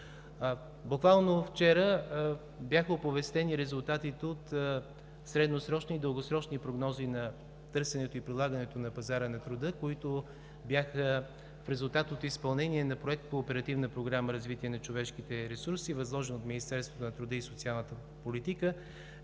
Буквално вчера бяха оповестени резултатите от средносрочни и дългосрочни прогнози на търсенето и предлагането на пазара на труда, които бяха в резултат от изпълнение на проект по Оперативна програма „Развитие на човешките ресурси“ възложена от Министерството на труда и социалната политика,